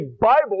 Bible